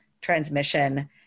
transmission